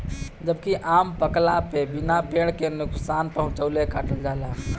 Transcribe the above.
जबकि आम पकला पे बिना पेड़ के नुकसान पहुंचवले काटल जाला